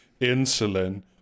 insulin